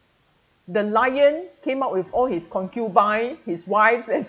the lion came out with all his concubine his wives and